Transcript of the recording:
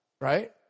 right